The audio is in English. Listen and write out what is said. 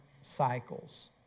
cycles